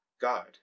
God